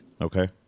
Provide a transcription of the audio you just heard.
okay